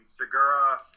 Segura